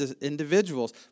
Individuals